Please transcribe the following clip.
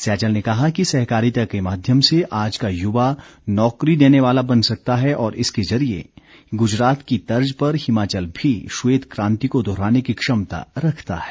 सैजल ने कहा कि सहकारिता के माध्यम से आज का युवा नौकरी देने वाला बन सकता है और इसके जरिए गुजरात की तर्ज पर हिमाचल भी श्वेत कांति को दोहराने की क्षमता रखता है